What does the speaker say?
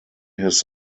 his